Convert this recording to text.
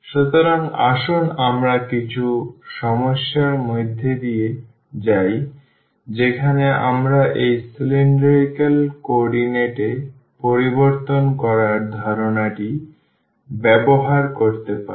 সুতরাং আসুন আমরা কিছু সমস্যার মধ্য দিয়ে যাই যেখানে আমরা এই cylindrical কোঅর্ডিনেট এ পরিবর্তন করার ধারণাটি ব্যবহার করতে পারি